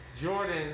Jordan